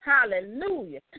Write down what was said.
Hallelujah